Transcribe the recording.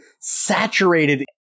saturated